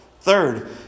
third